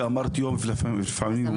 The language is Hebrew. כי אמרת יום ולפעמיים יומיים.